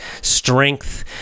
strength